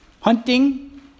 hunting